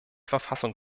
verfassung